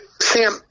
sam